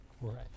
Right